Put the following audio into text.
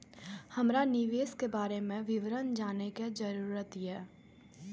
हमरा निवेश के बारे में विवरण जानय के जरुरत ये?